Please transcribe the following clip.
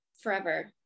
forever